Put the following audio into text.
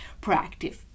proactive